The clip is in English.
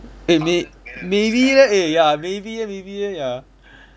eh may~ maybe leh eh ya maybe leh maybe leh ya